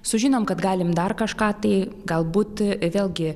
sužinom kad galim dar kažką tai galbūt vėlgi